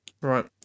Right